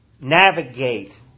navigate